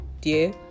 dear